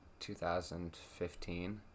2015